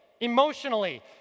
emotionally